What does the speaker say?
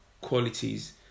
qualities